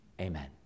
amen